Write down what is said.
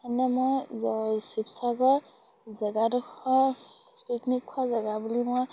এনে মই শিৱসাগৰ জেগাডোখৰ পিকনিক খোৱা জেগা বুলি মই